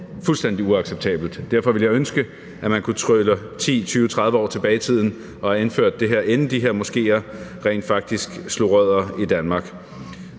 fuldstændig uacceptabelt. Derfor ville jeg ønske, at man kunne trylle tiden 10, 20, 30 år tilbage, og at vi havde indført det her, inden de er moskéer rent faktisk slog rødder i Danmark.